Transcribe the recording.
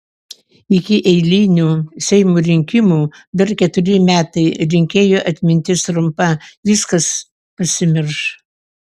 iki eilinių seimo rinkimų dar keturi metai rinkėjų atmintis trumpa viskas pasimirš